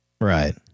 right